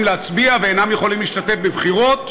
להצביע ואינם יכולים להשתתף בבחירות.